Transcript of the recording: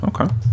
Okay